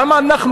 למה אנחנו,